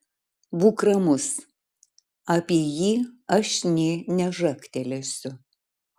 būk ramus apie jį aš nė nežagtelėsiu